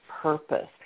purpose